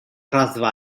raddfa